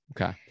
Okay